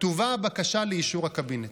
תובא הבקשה לאישור הקבינט.